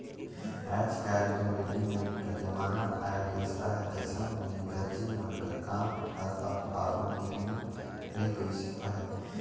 आएज काएल दो रेडीमेड कर जमाना आए गइस अहे अइसन में दरजी मन कर काम हर अब आघु नियर नी रहि गइस अहे